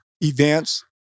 events